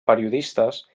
periodistes